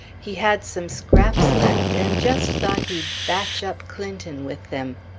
he had some scraps left, and just thought he'd batch up clinton with them.